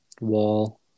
wall